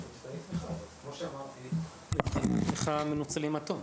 כמו שאמרתי, מבחני התמיכה מנוצלים עד תום,